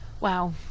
Wow